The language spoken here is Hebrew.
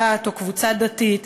דת או קבוצה דתית,